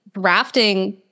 drafting